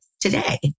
today